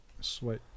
Sweet